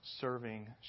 serving